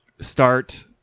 start